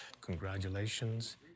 Congratulations